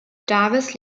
davis